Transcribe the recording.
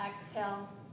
exhale